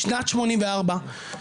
בשנת 1984,